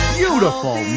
beautiful